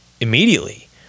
Immediately